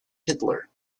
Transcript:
hitler